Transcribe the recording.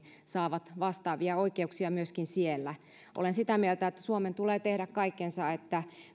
saavat vastaavia oikeuksia siellä olen sitä mieltä että suomen tulee tehdä kaikkensa että